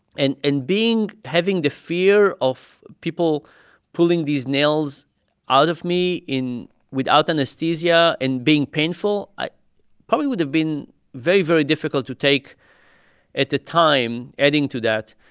and and being having the fear of people pulling these nails out of me in without anesthesia and being painful, ah probably probably would have been very, very difficult to take at the time, adding to that.